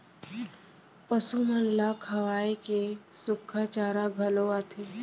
पसु मन ल खवाए के सुक्खा चारा घलौ आथे